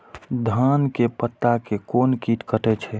धान के पत्ता के कोन कीट कटे छे?